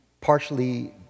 partially